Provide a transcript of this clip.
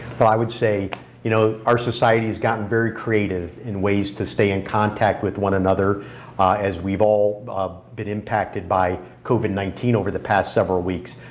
well i would say you know our society has gotten very creative in ways to stay in contact with one another as we've all been impacted by covid nineteen over the past several weeks.